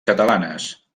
catalanes